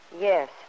Yes